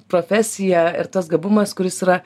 profesija ir tas gabumas kuris yra